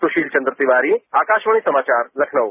सुशील चन्द्र तिवारी आकाशवाणी समाचार लखनऊ